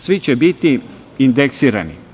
Svi će biti indeksirani.